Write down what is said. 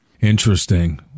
Interesting